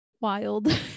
wild